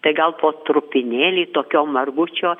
tai gal po trupinėlį tokio margučio